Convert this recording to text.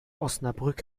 osnabrück